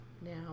now